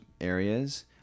areas